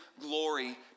glory